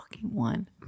One